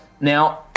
Now